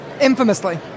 Infamously